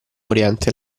oriente